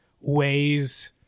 ways